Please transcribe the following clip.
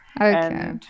Okay